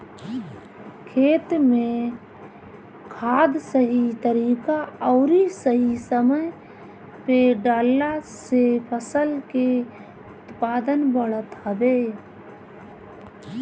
खेत में खाद सही तरीका अउरी सही समय पे डालला से फसल के उत्पादन बढ़त हवे